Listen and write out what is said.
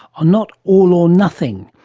are not all or nothing.